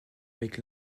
avec